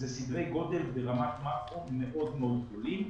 אלה סדרי גודל ברמת מקרו מאוד מאוד גדולים.